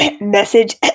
Message